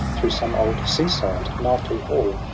through some old, sea-side, knightly hall,